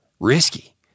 Risky